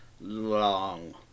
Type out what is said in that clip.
Long